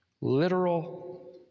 Literal